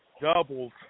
doubles